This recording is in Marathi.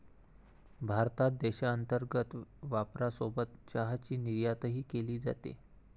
भारतात देशांतर्गत वापरासोबत चहाची निर्यातही केली जाते